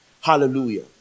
Hallelujah